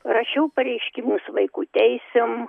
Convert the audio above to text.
rašiau pareiškimus vaikų teisėm